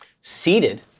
Seated